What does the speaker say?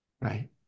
Right